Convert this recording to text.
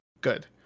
good